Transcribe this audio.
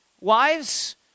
Wives